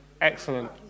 Excellent